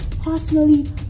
Personally